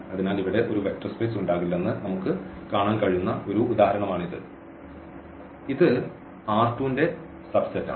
അതിനാൽ ഇവിടെ ഒരു വെക്റ്റർ സ്പേസ് ഉണ്ടാകുന്നില്ലെന്ന് നമുക്ക് കാണാൻ കഴിയുന്ന ഒരു ഉദാഹരണമാണിത് ഇത് ഈ ന്റെ സബ് സെറ്റാണ്